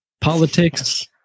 politics